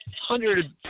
hundred